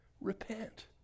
Repent